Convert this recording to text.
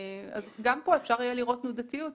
גם פה אפשר יהיה לראות מידתיות.